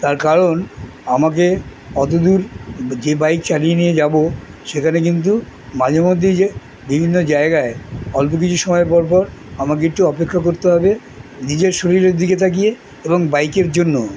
তার কারণ আমাকে অতো দূর যে বাইক চালিয়ে নিয়ে যাবো সেখানে কিন্তু মাঝে মধ্যে যে বিভিন্ন জায়গায় অল্প কিছু সময়ের পর পর আমাকে একটু অপেক্ষা করতে হবে নিজের শরীরের দিকে তাকিয়ে এবং বাইকের জন্য